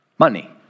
Money